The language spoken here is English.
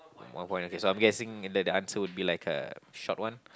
one point okay so I'm guessing that the answer would be like a short one